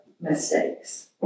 mistakes